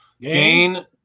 Gain